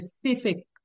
specific